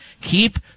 Keep